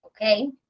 okay